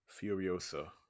Furiosa